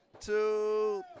two